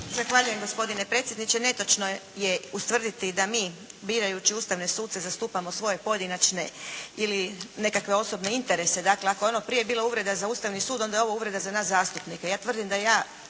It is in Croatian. Zahvaljujem gospodine predsjedniče. Netočno je ustvrditi da mi birajući ustavne suce zastupamo svoje pojedinačne ili nekakve osobne interese. Dakle ako je ono prije bila uvreda za Ustavni sud, onda je ovo uvreda za nas zastupnike.